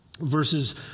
verses